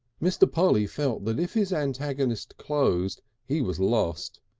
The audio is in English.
mr. polly felt that if his antagonist closed he was lost,